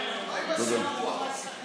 אי-אפשר שלום תמורת שלום.